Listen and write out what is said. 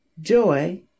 joy